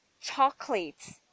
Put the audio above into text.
chocolates